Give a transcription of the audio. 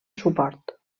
suport